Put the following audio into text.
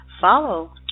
Follow